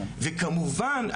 וכמובן,